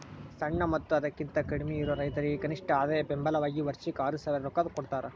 ಸಣ್ಣ ಮತ್ತ ಅದಕಿಂತ ಕಡ್ಮಿಯಿರು ರೈತರಿಗೆ ಕನಿಷ್ಠ ಆದಾಯ ಬೆಂಬಲ ವಾಗಿ ವರ್ಷಕ್ಕ ಆರಸಾವಿರ ರೊಕ್ಕಾ ಕೊಡತಾರ